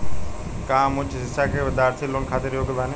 का हम उच्च शिक्षा के बिद्यार्थी लोन खातिर योग्य बानी?